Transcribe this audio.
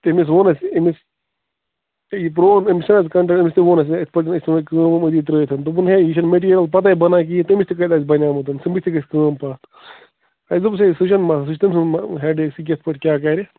تٔمِس ووٚن اَسہِ أمِس تہٕ یہِ ترٛوو أمِس چھِنہٕ حظ کنٹرٮ۪کٹہٕ أمِس تہِ ووٚن اَسہِ یِتھٕ پٲٹھۍ أسۍ ژھُنہوے کٲم وٲم أتی ترٛٲوِتھ دوٚپُن ہے یہِ چھُنہٕ میٹیٖریَل پَتَے بَنان کِہیٖنٛۍ تٔمِس تہِ کَتہِ آسہِ بَنیٛومُت تمی سٍتۍ گٔیہِ کٲم پَتھ اَسہِ دوٚپُس ہے سُہ چھُنہٕ مَسلہٕ سُہ چھُ تٔمۍ سُنٛد ہٮ۪ڈایک سُہ کِتھٕ پٲٹھۍ کیٛاہ کَرِ